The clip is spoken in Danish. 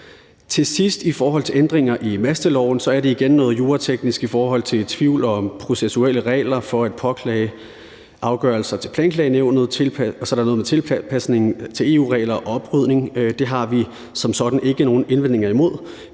Til sidst i forhold til ændringer i masteloven er det igen noget jurateknisk noget i forhold til tvivl om processuelle regler for at påklage afgørelser til Planklagenævnet, og så er der noget om tilpasning til EU-regler og oprydning. Det har vi som sådan ikke nogen indvendinger imod.